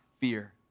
fear